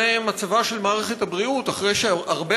זה מצבה של מערכת הבריאות אחרי שהרבה